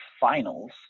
finals